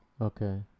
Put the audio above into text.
okay